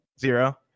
zero